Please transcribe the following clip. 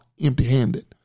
empty-handed